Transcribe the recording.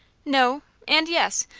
no, and yes.